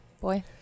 boy